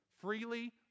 Freely